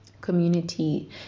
community